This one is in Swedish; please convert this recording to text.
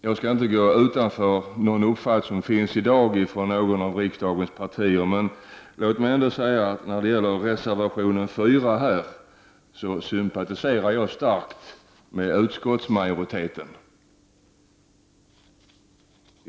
Jag skall inte gå utöver någon uppfattning som finns i dag i något av riksdagens partier, men låt mig ändå säga att beträffande den fråga som berörs i reservationen 4 till SfU17 sympatiserar jag starkt med utskottsmajoriteten.